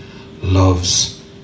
loves